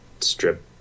strip